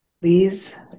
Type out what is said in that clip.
Please